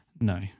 No